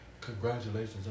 Congratulations